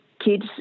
Kids